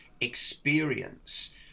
experience